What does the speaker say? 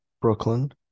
Brooklyn